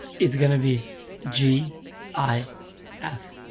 it's gonna be g i f,